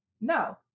no